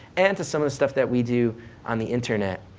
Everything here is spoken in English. and to some of the stuff that we do on the internet,